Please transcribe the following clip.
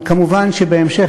אבל כמובן שבהמשך,